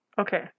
okay